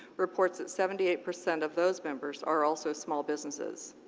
reports that seventy eight percent of those members are also small businesses.